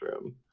room